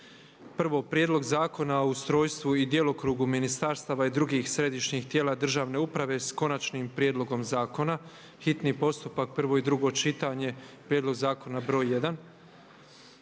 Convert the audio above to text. - Prijedlog zakona o ustrojstvu i djelokrugu ministarstava i drugih središnjih tijela državne uprave sa Konačnim prijedlogom zakona, hitni postupak, prvo i drugo čitanje, P.Z. br. 1;